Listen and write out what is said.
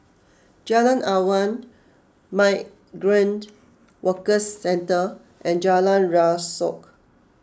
Jalan Awan Migrant Workers Centre and Jalan Rasok